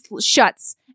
shuts